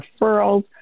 referrals